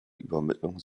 übermittlung